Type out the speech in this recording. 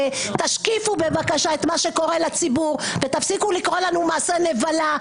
תשקיפו בבקשה את מה שקורה לציבור ותפסיקו לקרוא לעברנו מעשה נבלה,